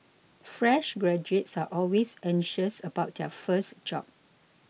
fresh graduates are always anxious about their first job